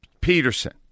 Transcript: Peterson